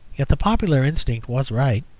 yet the popular instinct was right.